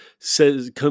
Says